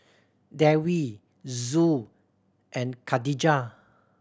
Dewi Zul and Khadija